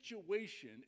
situation